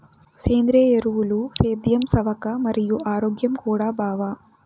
సేంద్రియ ఎరువులు సేద్యం సవక మరియు ఆరోగ్యం కూడా బావ